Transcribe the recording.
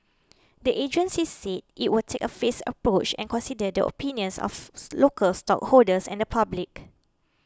the agency said it will take a phased approach and consider the opinions of local stakeholders and the public